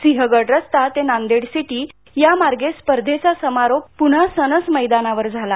सिहंगड रस्ता ते नांदेड सिटी या मार्गे स्पर्धेचा समारोप पुन्हा सणस मैदानावर झाला